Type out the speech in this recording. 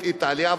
את איטליה,